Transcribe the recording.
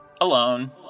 Alone